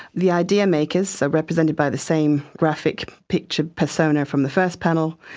the idea makers, represented by the same graphic picture persona from the first panel,